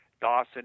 Dawson